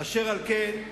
אשר על כן,